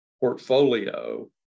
portfolio